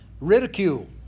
Ridicule